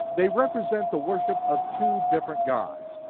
they represent the worship of two different gods.